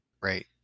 right